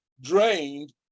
drained